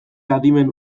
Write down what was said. adimen